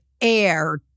air